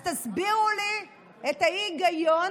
אז תסבירו לי את ההיגיון